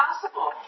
possible